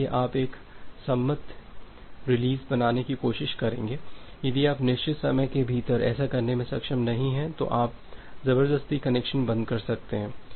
इसलिए आप एक सममित रिलीज बनाने की कोशिश करेंगे यदि आप निश्चित समय के भीतर ऐसा करने में सक्षम नहीं हैं तो आप जबरदस्ती कनेक्शन बंद कर सकते हैं